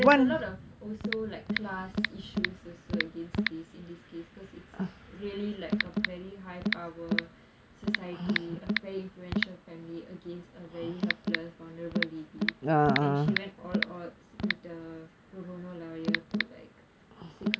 but there's a lot of like also like class issues also against this in this case because it's really like a very high power society a very influential family against a very helpless vulnerable lady and she went all odds with the pro bono lawyer to like